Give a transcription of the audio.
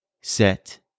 set